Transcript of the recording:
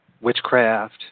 witchcraft